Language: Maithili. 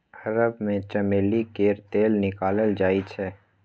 अरब मे चमेली केर तेल निकालल जाइ छै